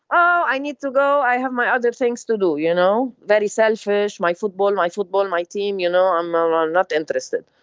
oh, i need to go. i have my other things to do. you know, very selfish my football, my football, and my team. you know, i'm um ah not interested.